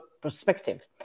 perspective